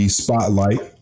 spotlight